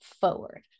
forward